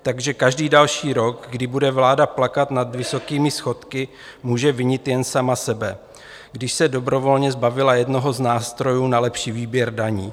Takže každý další rok, kdy bude vláda plakat nad vysokými schodky, může vinit jen sama sebe, když se dobrovolně zbavila jednoho z nástrojů na lepší výběr daní.